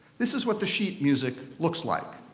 this is what the sheet music looks like.